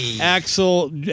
Axel